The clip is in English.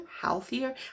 healthier